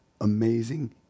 amazing